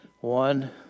One